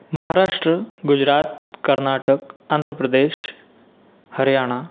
Maharashtra Gujarat Karnataka Andhra Pradesh Haryana